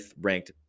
ranked